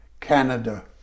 Canada